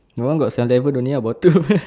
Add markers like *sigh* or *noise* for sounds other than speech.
my one got seven eleven only uh bottom *noise*